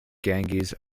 ganges